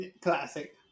classic